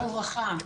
שלום וברכה.